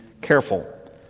careful